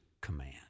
command